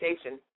Station